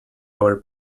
our